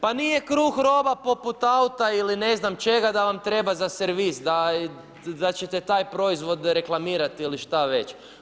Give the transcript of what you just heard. Pa nije kruh roba poput auta ili ne znam čega da vam treba za servis, da ćete taj proizvod reklamirati ili šta već.